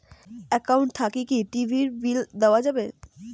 Account থাকি কি TV bill দেওয়া যাবে?